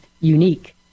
unique